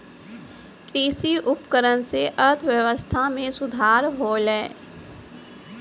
कृषि उपकरण सें अर्थव्यवस्था में सुधार होलय